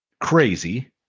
crazy